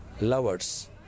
lovers